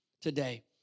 today